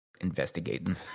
investigating